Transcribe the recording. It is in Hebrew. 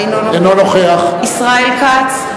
אינו נוכח ישראל כץ,